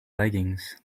leggings